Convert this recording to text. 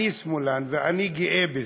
אני שמאלן ואני גאה בזה.